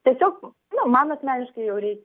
tiesiog na man asmeniškai jau rei